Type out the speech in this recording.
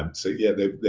um so yeah,